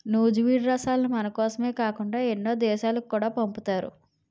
నూజివీడు రసాలను మనకోసమే కాకుండా ఎన్నో దేశాలకు కూడా పంపుతారు